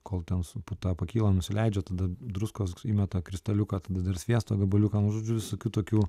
kol ten su puta pakyla nusileidžia tada druskos įmeta kristaliuką tada dar sviesto gabaliuką nu žodžiu visokių tokių